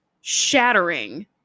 shattering